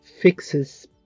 fixes